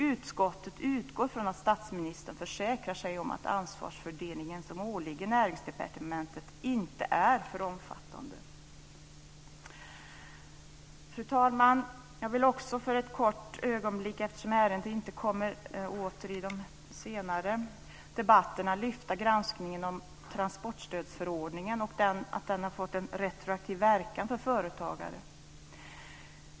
Utskottet utgår ifrån att statsministern försäkrar sig om att det ansvarsområde som åligger Näringsdepartementet inte är för omfattande. Fru talman! Eftersom ärendet inte kommer åter i de senare debatterna, vill jag för ett kort ögonblick lyfta fram granskningen av transportstödsförordningen och det faktum att den har fått en retroaktiv verkan för företagare.